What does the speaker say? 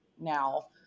now